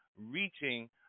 reaching